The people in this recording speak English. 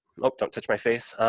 like don't touch my face.